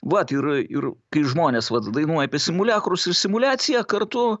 vat ir ir kai žmonės vat dainuoja apie simuliakrus ir simuliaciją kartu